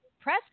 press